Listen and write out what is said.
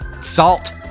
Salt